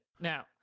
Now